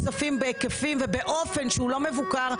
בסופו של דבר,